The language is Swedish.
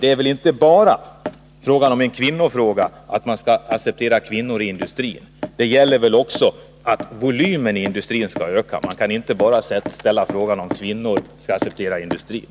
Det är väl inte bara en kvinnofråga, dvs. att man skall acceptera kvinnor inom industrin. Det gäller väl också att volymen inom industrin skall öka. Man kan väl inte bara fråga sig om kvinnorna skall arbeta inom industrin.